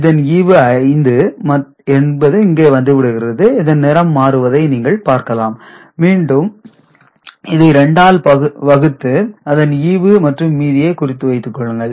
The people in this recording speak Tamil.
இதன் ஈவு 5 என்பது இங்கே வந்துவிடுகிறது இதன் நிறம் மாறுவதை நீங்கள் பார்க்கலாம் மீண்டும் இதை 2 ஆல் பகுத்து இதன் ஈவு மற்றும் மீதியை குறித்துக் கொள்ளுங்கள்